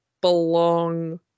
belong